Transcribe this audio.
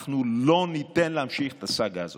אנחנו לא ניתן להמשיך את הסאגה הזאת.